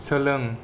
सोलों